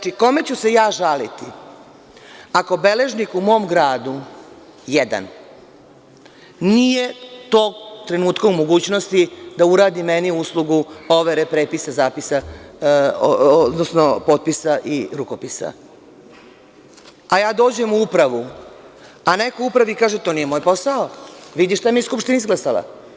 Kome ću se ja žaliti ako beležnik u mom gradu, jedan, nije tog trenutka u mogućnosti da uradi meni uslugu overe prepisa, zapisa, odnosno potpisa i rukopisa, a ja dođem u upravu, a neko u upravi kaže - to nije moj posao, vidi šta mi je Skupština izglasala.